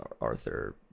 arthur